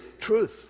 truth